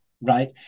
right